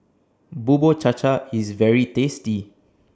Bubur Cha Cha IS very tasty